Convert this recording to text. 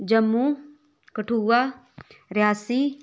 Jammu Kathua Reasi